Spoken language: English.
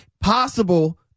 possible